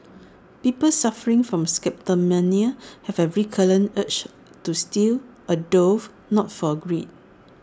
people suffering from kleptomania have A recurrent urge to steal although not for greed